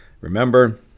remember